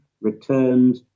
returned